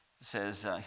says